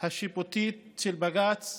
השיפוטית של בג"ץ